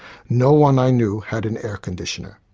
no one i knew had an air conditioner.